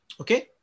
Okay